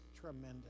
tremendous